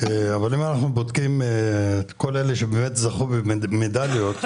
אבל אם אנחנו בודקים את כל אלה שזכו במדליות,